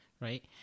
right